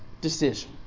decision